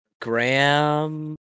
Graham